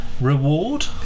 reward